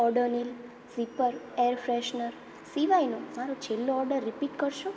Odonil zipper air freshener સિવાયનો મારો છેલ્લો ઓર્ડર રીપીટ કરો